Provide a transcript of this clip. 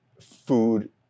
food